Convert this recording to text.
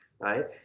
right